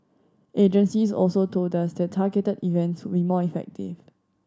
agencies also told us that targeted events will be more effective